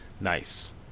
Nice